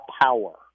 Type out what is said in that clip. power